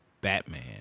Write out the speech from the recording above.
Batman